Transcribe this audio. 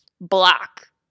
Block